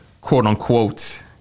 quote-unquote